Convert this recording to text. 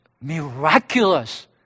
miraculous